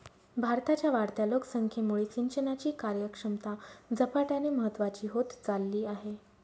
भारताच्या वाढत्या लोकसंख्येमुळे सिंचनाची कार्यक्षमता झपाट्याने महत्वाची होत चालली आहे